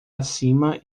acima